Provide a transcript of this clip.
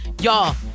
Y'all